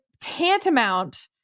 tantamount